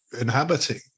inhabiting